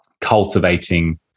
cultivating